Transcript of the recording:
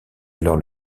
alors